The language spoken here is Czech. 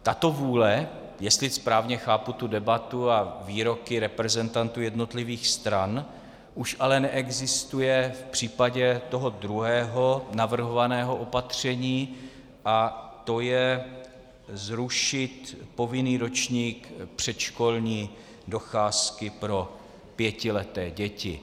Tato vůle, jestli správně chápu debatu a výroky reprezentantů jednotlivých stran, už ale neexistuje v případě toho druhého navrhovaného opatření, a to je zrušit povinný ročník předškolní docházky pro pětileté děti.